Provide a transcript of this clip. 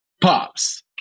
pops